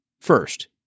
First